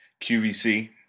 QVC